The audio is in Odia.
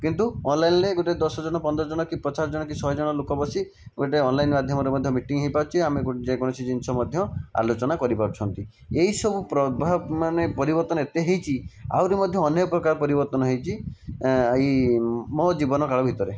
କିନ୍ତୁ ଅନ୍ଲାଇନ୍ରେ ଗୋଟିଏ ଦଶ ଜଣ ପନ୍ଦର ଜଣ କି ପଚାଶ ଜଣ କି ଶହେ ଜଣ ଲୋକ ବସି ଗୋଟିଏ ଅନ୍ଲାଇନ୍ ମାଧ୍ୟମରେ ମଧ୍ୟ ମିଟିଂ ହୋଇପାରୁଛି ଆମେ ଯେକୌଣସି ଜିନିଷ ମଧ୍ୟ ଆଲୋଚନା କରି ପାରୁଛନ୍ତି ଏହିସବୁ ପ୍ରଭାବ ମାନେ ପରିବର୍ତ୍ତନ ଏତେ ହୋଇଛି ଆହୁରି ମଧ୍ୟ ଅନ୍ୟ ପ୍ରକାର ପରିବର୍ତ୍ତନ ହୋଇଛି ମୋ ଜୀବନ କାଳ ଭିତରେ